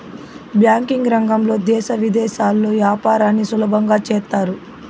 banking రంగంలో దేశ విదేశాల్లో యాపారాన్ని సులభంగా చేత్తారు